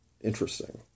interesting